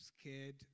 scared